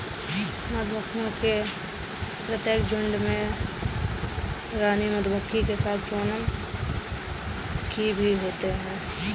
मधुमक्खियों के प्रत्येक झुंड में रानी मक्खी के साथ सोनम की भी होते हैं